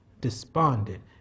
despondent